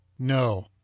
No